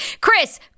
Chris